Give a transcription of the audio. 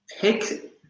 pick